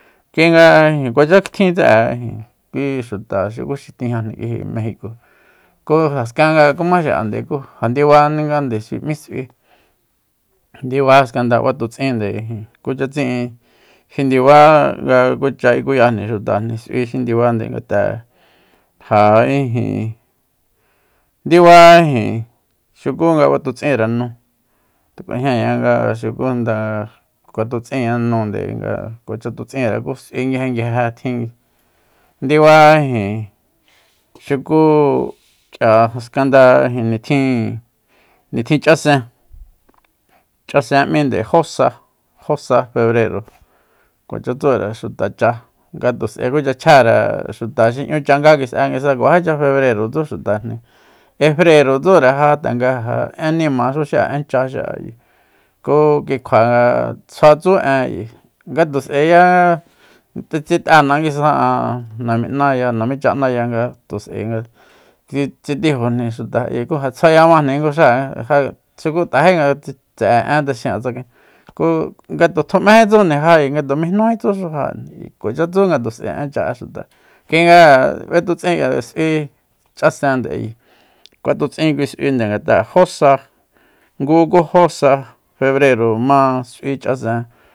Kui nga ijin kuacha tjin tse ijin kui xuta xuku xi tijñani k'ui mejico ku jaskan nga kuma xi'a ja ndibaningande xi m'í s'ui ndiba skanda batutsinde ijin kucha tsi'in jindiba kucha ikuyajni xutajni kui xi ndibande ngat'a ja ijin ndiba ijin ndiba xuku nga batutsinre nu tu k'uejñaña nga xuku nda kjuatutsinña nunde nga kuach'atutsinre ku s'ui nguije nguije tjin ndiba ijin xuku k'ia skanda ijin nitjin- nitjin ch'asen ch'asen minde jó sa jo sa febrero kuacha tsure xuta cha ngatu'sae kucha chjare xuta xi 'ñu changa kis'e nguisa kuajícha febrero tsu xuta jefrero tsúre ja tanga ja en nima xu xi'a en cha xi'a ayi ku kikjua nga tsjua tsu en ayi ngatu'saeya tsit'ena nguisa áan namin'a namichan'aya nga tus'ae tsitijunjni xuta ku ja tsjuayamajni nguxáa ja xuku t'ajé nga tse'e en texin'a tsakaen ku ngatu tju'mejí tsujni ja ngatu mijnúji tsuxu ja kuacha tsú ngatu s'ae en cha'e xuta kui nga ja b'etutsin s'ui ch'asende ayi kuatutsin kui ´suinde ngat'a jó sa ngu ku jó sa febrero ma ch'asen